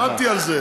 עמדתי על זה.